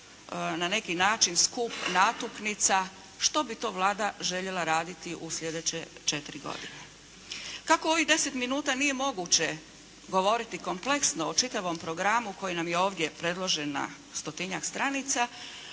na neki način skup natuknica što bi to Vlada željela raditi u sljedeće četiri godine. Kako u ovih 10 minuta nije moguće govoriti kompleksno o čitavom programu koji nam je ovdje predložena na stotinjak stranica,